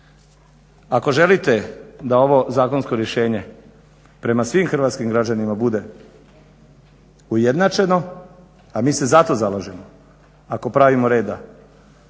Ako želite da ovo zakonsko rješenje prema svim hrvatskim građanima bude ujednačeno, a mi se za to zalažemo, ako pravimo reda